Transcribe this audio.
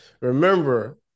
remember